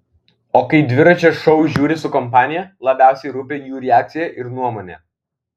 o kai dviračio šou žiūriu su kompanija labiausiai rūpi jų reakcija ir nuomonė